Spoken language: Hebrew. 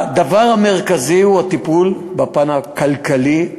הדבר המרכזי הוא הטיפול בפן הכלכלי,